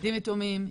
ילדי אסירים,